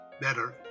better